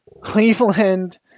Cleveland